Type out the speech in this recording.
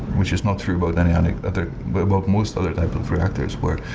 which is not true about any and other but about most other types of reactors where